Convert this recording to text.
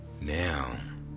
now